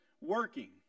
working